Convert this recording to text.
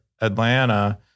Atlanta